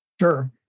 Sure